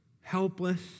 helpless